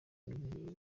ibere